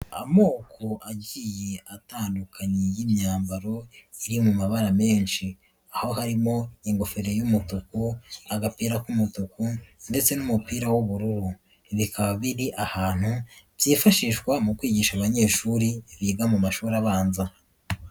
Amoko agiye atandukanye y'imyambaro iri mu mabara menshi, aho harimo ingofero y'umutuku, agapira k'umutuku ndetse n'umupira w'ubururu, bikaba biri ahantu byifashishwa mu kwigisha abanyeshuri biga mu mashuri abanza.